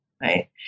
right